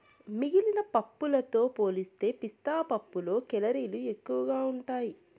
మిగిలిన పప్పులతో పోలిస్తే పిస్తా పప్పులో కేలరీలు ఎక్కువగా ఉంటాయి